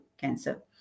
cancer